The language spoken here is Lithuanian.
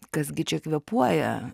kas gi čia kvėpuoja